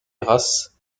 grasse